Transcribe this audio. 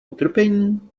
utrpení